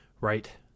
Right